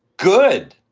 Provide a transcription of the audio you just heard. good,